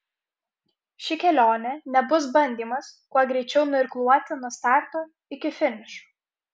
ši kelionė nebus bandymas kuo greičiau nuirkluoti nuo starto iki finišo